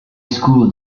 school